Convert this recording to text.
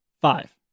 five